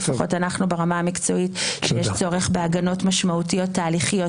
לפחות אנחנו ברמה המקצועית שיש צורך בהגנות משמעותיות תהליכיות